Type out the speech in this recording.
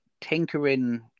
tinkering